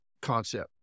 concept